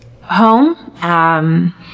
home